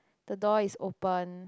the door is open